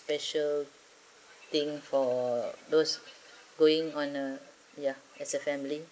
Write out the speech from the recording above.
special thing for us going on uh ya as a family